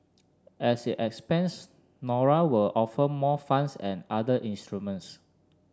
as it expands Nora will offer more funds and other instruments